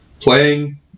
playing